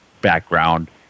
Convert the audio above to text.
background